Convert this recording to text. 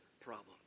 problem